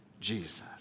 Jesus